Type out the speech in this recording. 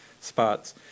spots